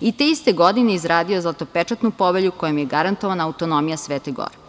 i te iste godine izradio Zlatopečatnu povelju kojom je garantovana autonomija Svete gore.